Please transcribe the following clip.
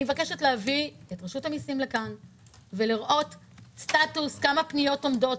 אני מבקשת להביא את רשות המיסים לכאן ולראות סטטוס: כמה פניות עומדות?